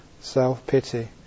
self-pity